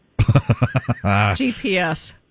GPS